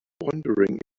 wondering